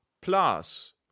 plus